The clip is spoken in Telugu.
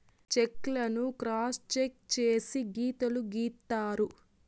చెక్ లను క్రాస్ చెక్ చేసి గీతలు గీత్తారు